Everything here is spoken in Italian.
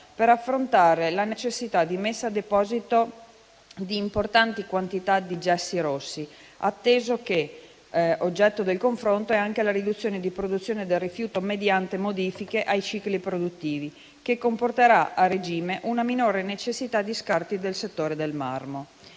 per affrontare la necessità di messa a deposito di importanti quantità di gessi rossi, atteso che oggetto del confronto è anche la riduzione di produzione del rifiuto mediante modifiche ai cicli produttivi, che comporterà a regime una minore necessità di scarti del settore del marmo.